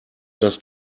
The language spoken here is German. das